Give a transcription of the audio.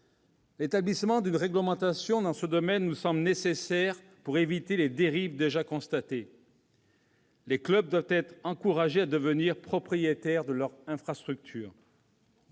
L'établissement d'une réglementation dans ce domaine nous semble nécessaire pour éviter les dérives. Les clubs doivent être encouragés à devenir propriétaires de leurs infrastructures.